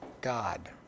God